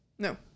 No